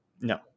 No